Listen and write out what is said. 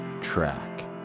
track